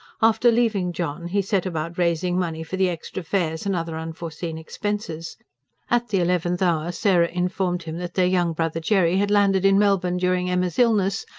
after leaving john, he set about raising money for the extra fares and other unforeseen expenses at the eleventh hour, sarah informed him that their young brother jerry had landed in melbourne during emma's illness,